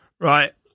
Right